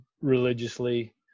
religiously